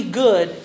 good